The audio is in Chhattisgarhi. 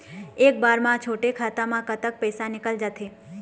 एक बार म छोटे खाता म कतक पैसा निकल जाथे?